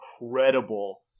incredible